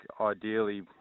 ideally